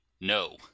No